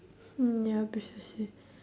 mm ya precisely